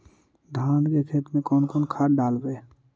धान के खेत में कौन खाद डालबै?